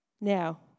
Now